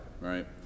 right